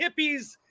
hippies